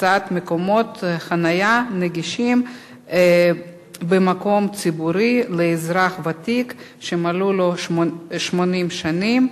(הקצאת מקומות חנייה נגישים במקום ציבורי לאזרח ותיק שמלאו לו 80 שנים),